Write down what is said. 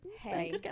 hey